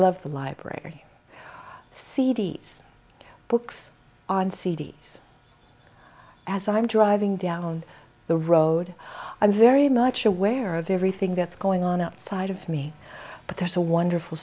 love the library c d s books and c d s as i'm driving down the road i'm very much aware of everything that's going on outside of me but there's a wonderful